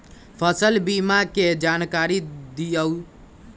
फसल बीमा के जानकारी दिअऊ?